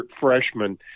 freshman